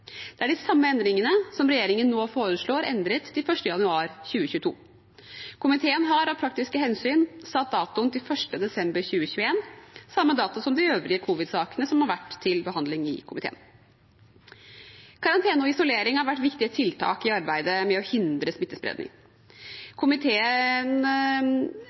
Det er de samme endringene som regjeringen nå foreslår endret til 1. januar 2022. Komiteen har av praktiske hensyn satt datoen til 1. desember 2021, samme dato som de øvrige covid-sakene som har vært til behandling i komiteen. Karantene og isolering har vært viktige tiltak i arbeidet med å hindre